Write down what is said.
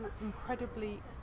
incredibly